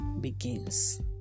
begins